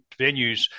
venues